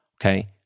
Okay